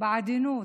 בעדינות,